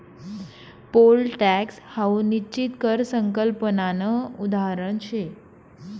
pole tax हाऊ निश्चित कर संकल्पनानं उदाहरण शे